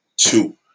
Two